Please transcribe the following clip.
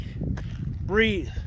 breathe